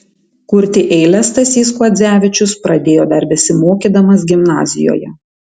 kurti eiles stasys kuodzevičius pradėjo dar besimokydamas gimnazijoje